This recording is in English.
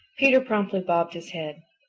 peter promptly bobbed his head.